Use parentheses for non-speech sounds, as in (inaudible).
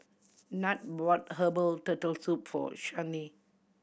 (noise) Nat brought herbal Turtle Soup for Shanae